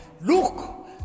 Look